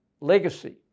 legacy